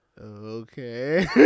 Okay